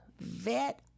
Vet